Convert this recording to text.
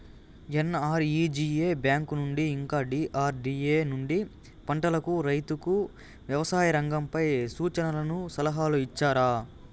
NREGA bank నుండి ఇంకా D R D A నుండి పంటలకు రైతుకు వ్యవసాయ రంగంపై సూచనలను సలహాలు ఇచ్చారా